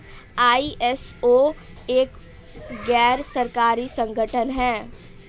ISO एक गैर सरकारी संगठन है